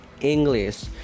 English